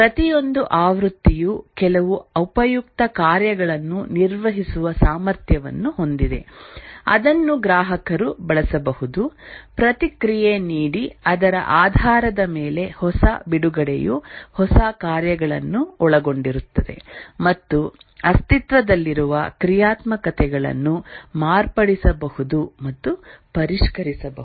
ಪ್ರತಿಯೊಂದು ಆವೃತ್ತಿಯು ಕೆಲವು ಉಪಯುಕ್ತ ಕಾರ್ಯಗಳನ್ನು ನಿರ್ವಹಿಸುವ ಸಾಮರ್ಥ್ಯವನ್ನು ಹೊಂದಿದೆ ಅದನ್ನು ಗ್ರಾಹಕರು ಬಳಸಬಹುದು ಪ್ರತಿಕ್ರಿಯೆ ನೀಡಿ ಅದರ ಆಧಾರದ ಮೇಲೆ ಹೊಸ ಬಿಡುಗಡೆಯು ಹೊಸ ಕಾರ್ಯಗಳನ್ನು ಒಳಗೊಂಡಿರುತ್ತದೆ ಮತ್ತು ಅಸ್ತಿತ್ವದಲ್ಲಿರುವ ಕ್ರಿಯಾತ್ಮಕತೆಗಳನ್ನು ಮಾರ್ಪಡಿಸಬಹುದು ಮತ್ತು ಪರಿಷ್ಕರಿಸಬಹುದು